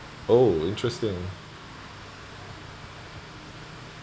oh interesting